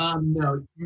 No